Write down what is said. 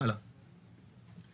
אנחנו